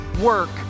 work